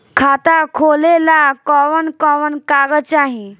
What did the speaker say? खाता खोलेला कवन कवन कागज चाहीं?